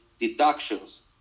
deductions